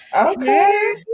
Okay